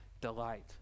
delight